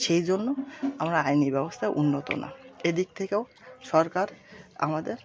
সেই জন্য আমরা আইনি ব্যবস্থা উন্নত না এদিক থেকেও সরকার আমাদের